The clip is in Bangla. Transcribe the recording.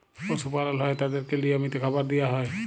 পশু পালল হ্যয় তাদেরকে লিয়মিত খাবার দিয়া হ্যয়